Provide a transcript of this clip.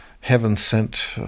heaven-sent